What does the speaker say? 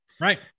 Right